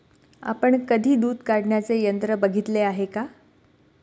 आपण कधी दूध काढण्याचे यंत्र बघितले आहे का?